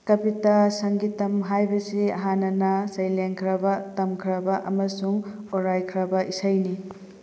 ꯀꯄꯤꯇꯥ ꯁꯪꯒꯤꯇꯝ ꯍꯥꯏꯕꯁꯤ ꯍꯥꯟꯅꯅ ꯁꯩ ꯂꯦꯡꯈ꯭ꯔꯕ ꯇꯝꯈ꯭ꯔꯕ ꯑꯃꯁꯨꯡ ꯑꯣꯏꯔꯥꯏꯈ꯭ꯔꯕ ꯏꯁꯩꯅꯤ